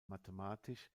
mathematisch